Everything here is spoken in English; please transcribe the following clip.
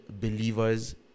believers